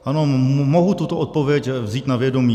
Ano, mohu tuto odpověď vzít na vědomí.